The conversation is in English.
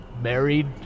married